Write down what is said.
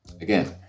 again